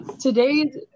today's